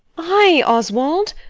i, oswald?